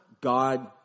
God